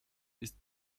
ist